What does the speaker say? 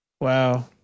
Wow